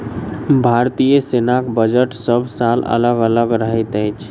भारतीय सेनाक बजट सभ साल अलग अलग रहैत अछि